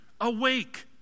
Awake